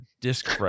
disc